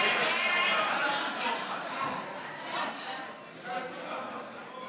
ועדת הפנים והגנת הסביבה בדבר פיצול